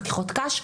חתיכות קש,